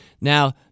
Now